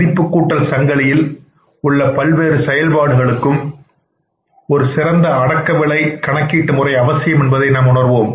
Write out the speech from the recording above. மதிப்புக்கூட்டல் சங்கிலியில் உள்ள பல்வேறு செயல்பாடுகளுக்கும் ஒரு சிறந்த அடக்கவிலை கணக்கீட்டு முறை அவசியம் என்பதை நாம் உணர்வோம்